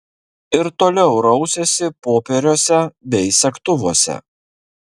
ir toliau rausėsi popieriuose bei segtuvuose